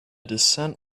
descent